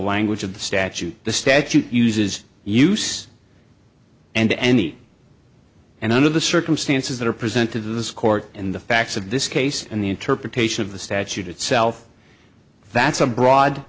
language of the statute the statute uses use and any and under the circumstances that are presented to this court and the facts of this case and the interpretation of the statute itself that's a broad